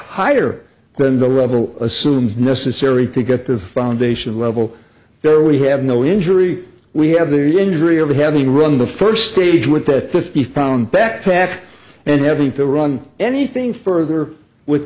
higher than the level assumes necessary to get to the foundation level where we have no injury we have their injury of having run the first stage with a fifty pound backpack and having to run anything further with